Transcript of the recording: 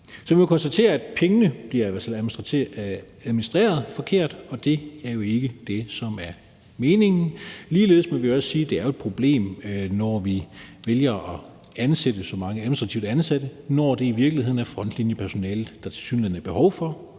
Så vi kan konstatere, at pengene bliver administreret forkert, og det er jo ikke det, som er meningen. Ligeledes må vi sige, at det er et problem, når vi vælger at ansætte så mange administrative ansatte, når det i virkeligheden er frontlinjepersonale, der er behov for.